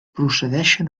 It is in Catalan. procedeixen